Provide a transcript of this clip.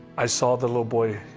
i saw the little boy